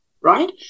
right